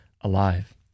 alive